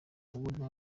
ubu